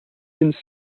been